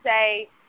say